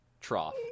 Trough